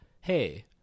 hey